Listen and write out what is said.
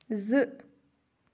زٕ